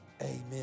Amen